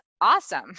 awesome